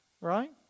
Right